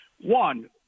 One